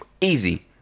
Easy